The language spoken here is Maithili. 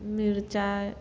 मिरचाइ